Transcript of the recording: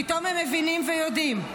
פתאום הם מבינים ויודעים.